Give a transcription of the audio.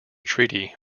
treaty